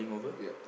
ya